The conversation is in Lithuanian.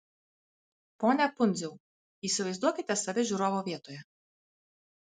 pone pundziau įsivaizduokite save žiūrovo vietoje